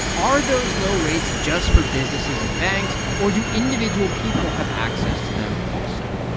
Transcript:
are those low rates just for businesses and banks, or do individual people have access to them also?